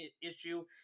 issue